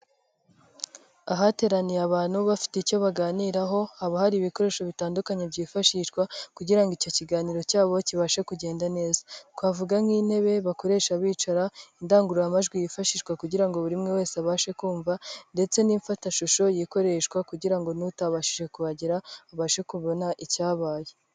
Ahateraniye abantu bafite icyo baganiraho, haba hari ibikoresho bitandukanye byifashishwa kugira ngo icyo kiganiro cyabo kibashe kugenda neza, twavuga nk'intebe bakoresha bicara, indangururamajwi yifashishwa kugira ngo buri umwe wese abashe kumva ndetse n'ifatashusho ikoreshwa kugira ngo n'utabashije kuhagera, ubashe kubona icyabaye.